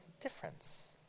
difference